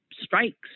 strikes